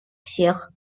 всех